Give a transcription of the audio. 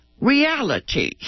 reality